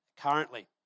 currently